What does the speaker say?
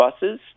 buses